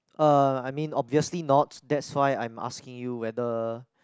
uh I mean obviously not that's why I'm asking you whether